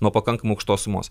nuo pakankamai aukštos sumos